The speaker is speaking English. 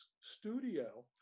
studio